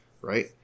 Right